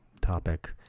topic